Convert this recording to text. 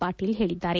ಪಾಟೀಲ್ ಹೇಳಿದ್ದಾರೆ